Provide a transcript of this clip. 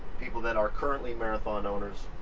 people that are currently marathon owners,